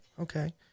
Okay